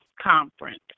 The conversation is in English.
conference